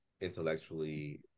intellectually